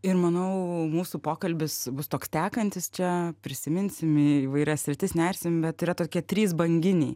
ir manau mūsų pokalbis bus toks tekantis čia prisiminsim įvairias sritis nersim bet yra tokie trys banginiai